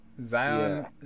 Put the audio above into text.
zion